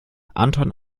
anton